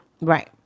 right